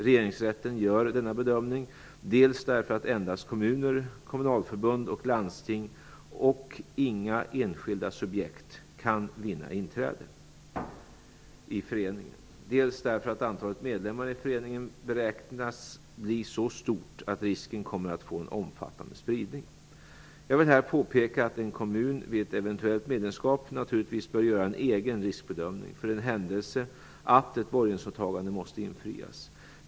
Regeringsrätten gör denna bedömning dels därför att endast kommuner, kommunalförbund och landsting - och inga enskilda subjekt - kan vinna inträde i föreningen, dels därför att antalet medlemmar i föreningen beräknas bli så stort att risken kommer att få en omfattande spridning. Jag vill här påpeka att en kommun vid ett eventuellt medlemskap naturligtvis bör göra en egen riskbedömning för den händelse att ett borgensåtagande måste infrias.